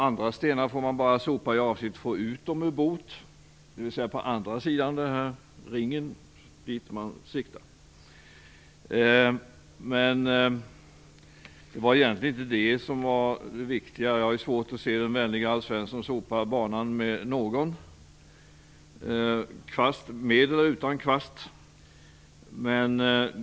Andra stenar får man bara sopa för i avsikt att få ut dem ur boet, dvs. på andra sidan om den ring som man siktar på. Men det var egentligen inte det som var det viktiga. Jag har svårt att se den vänlige Alf Svensson sopa banan med någon - med eller utan kvast.